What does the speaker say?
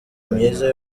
myiza